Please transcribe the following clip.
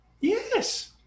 yes